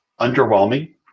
underwhelming